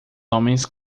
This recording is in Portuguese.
homens